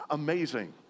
amazing